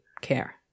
care